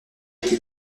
été